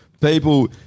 People